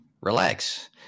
Relax